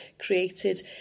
created